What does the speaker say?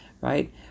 right